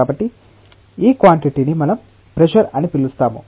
కాబట్టి ఈ క్వాన్టిటీని మనం ప్రెషర్ అని పిలుస్తాము